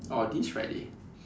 oh this Friday